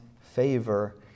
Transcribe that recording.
favor